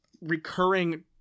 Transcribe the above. Recurring